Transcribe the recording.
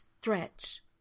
stretch